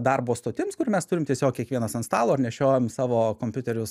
darbo stotims kur mes turim tiesiog kiekvienas ant stalo ar nešiojam savo kompiuterius